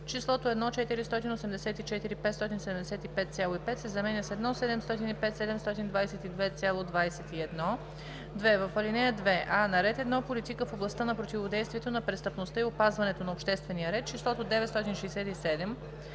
числото „1 484 575,5“ се заменя с „1 705 722,21“. 2. В ал. 2: а) на ред 1. Политика в областта на противодействието на престъпността и опазването на обществения ред числото „967